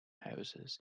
houses